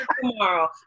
tomorrow